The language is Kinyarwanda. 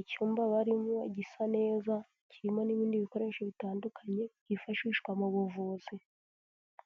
icyumba barimo gisa neza kirimo n'ibindi bikoresho bitandukanye byifashishwa mu buvuzi.